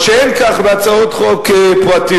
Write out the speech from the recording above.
מה שאין כן בהצעות חוק פרטיות.